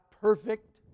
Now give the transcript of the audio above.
perfect